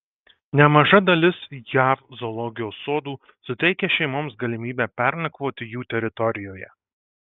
nemaža dalis jav zoologijos sodų suteikia šeimoms galimybę pernakvoti jų teritorijoje